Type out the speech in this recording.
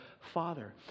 father